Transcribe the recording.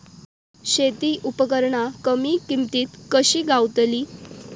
शेती उपकरणा कमी किमतीत कशी गावतली?